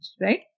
right